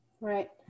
Right